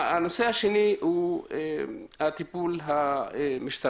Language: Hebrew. הנושא השני הוא הטיפול המשטרתי.